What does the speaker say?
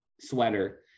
sweater